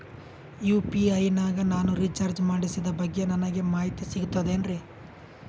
UPI ನಾಗ ನಾನು recharge ಮಾಡಿಸಿದ ಬಗ್ಗೆ ನನಗೆ ಮಾಹಿತಿ ಸಿಗುತೇನ್ರೀ?